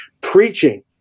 preaching